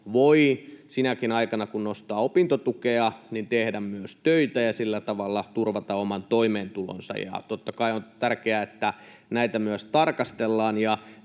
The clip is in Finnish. voi sinäkin aikana, kun nostaa opintotukea, tehdä myös töitä ja sillä tavalla turvata oman toimeentulonsa. Totta kai on tärkeää, että näitä myös tarkastellaan,